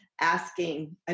asking